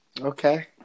Okay